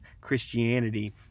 Christianity